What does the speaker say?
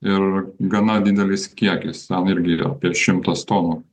ir gana didelis kiekis ten irgi yra apie šimtas tonų